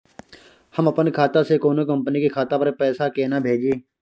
हम अपन खाता से कोनो कंपनी के खाता पर पैसा केना भेजिए?